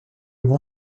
bon